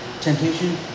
temptation